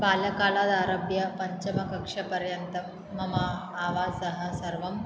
बालकालात् आरभ्य पञ्चमकक्षापर्यन्तं मम आवासः सर्वं